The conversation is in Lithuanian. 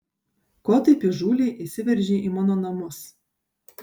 ko taip įžūliai įsiveržei į mano namus